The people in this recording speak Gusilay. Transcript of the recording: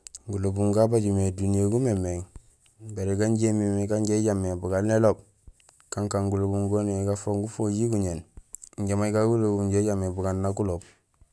Gulobum gabajo mé duniya gu mémééŋ, baré ganjé imimé ganja ijamé bugaan néloob kankaan gulobum goniyee gafang gufojiir guñéén. Injé may gagu gulobum injé ijaam mé bugaan guloob.